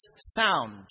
sound